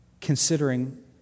considering